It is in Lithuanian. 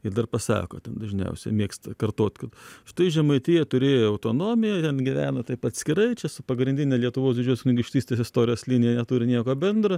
ir dar pasako ten dažniausiai mėgsta kartot kad štai žemaitija turėjo autonomiją ten gyvena taip atskirai čia su pagrindine lietuvos didžiosios kunigaikštystės istorijos linija neturi nieko bendra